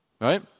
right